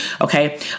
Okay